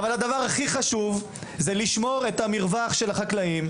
אבל הדבר הכי חשוב הוא לשמור את המרווח של החקלאים,